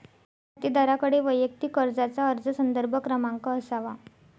खातेदाराकडे वैयक्तिक कर्जाचा अर्ज संदर्भ क्रमांक असावा